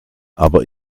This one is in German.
aber